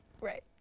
Right